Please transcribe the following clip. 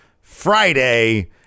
FRIDAY